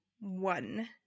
one